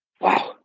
Wow